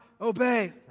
obey